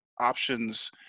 options